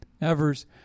Evers